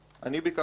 אני ביקשתי,